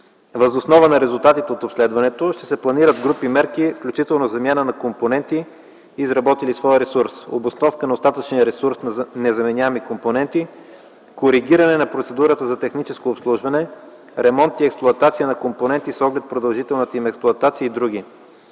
Въз основа на резултатите от обследването се планират групи мерки, включително замяна на компоненти, изработили своя ресурс, обосновка на остатъчния ресурс на незаменяеми компоненти, коригиране на процедурата за техническо обслужване, ремонт и експлоатация на компоненти с оглед продължителната им експлоатация и др.